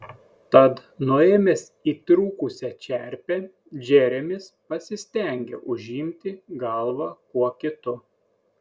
tad nuėmęs įtrūkusią čerpę džeremis pasistengė užimti galvą kuo kitu